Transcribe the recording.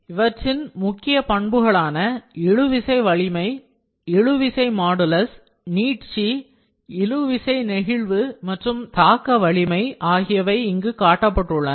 இவற்றின் முக்கிய பண்புகளான இழுவிசை வலிமை இழுவிசை மாடுலஸ் நீட்சி இழுவிசை நெகிழ்வு மற்றும் தாக்கம் ஆகியவை இங்கு காட்டப்பட்டுள்ளன